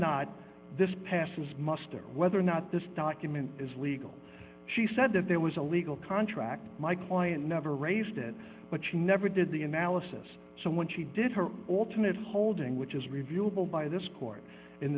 not this passes muster whether or not this document is legal she said that there was a legal contract my client never raised it but she never did the analysis so when she did her alternate holding which is reviewable by this court in